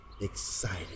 excited